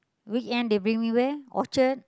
weekend they bring me where Orchard